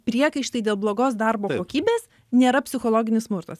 priekaištai dėl blogos darbo kokybės nėra psichologinis smurtas